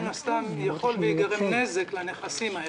מן הסתם יכול וייגרם נזק לנכסים האלה.